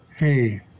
Hey